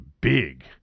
big